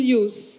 use